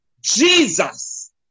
Jesus